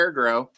grow